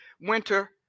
winter